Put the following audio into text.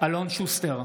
אלון שוסטר,